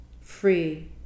free